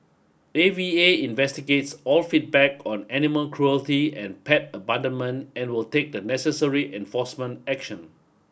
A V A investigates all feedback on animal cruelty and pet abandonment and will take the necessary enforcement action